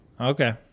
Okay